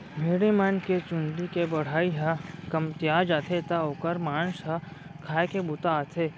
भेड़ी मन के चूंदी के बढ़ई ह कमतिया जाथे त ओकर मांस ह खाए के बूता आथे